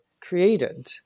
created